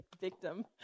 victim